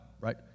right